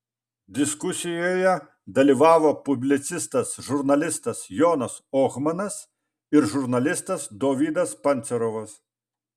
diskusijoje dalyvavo publicistas žurnalistas jonas ohmanas ir žurnalistas dovydas pancerovas